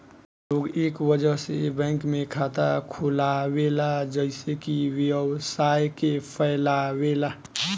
लोग कए वजह से ए बैंक में खाता खोलावेला जइसे कि व्यवसाय के फैलावे ला